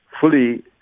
fully